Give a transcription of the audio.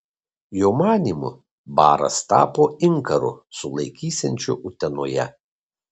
jo manymu baras tapo inkaru sulaikysiančiu utenoje